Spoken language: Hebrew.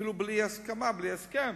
אפילו בלי הסכמה, בלי הסכם,